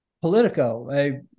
Politico